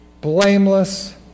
blameless